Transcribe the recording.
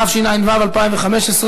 התשע"ו 2015,